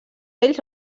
ells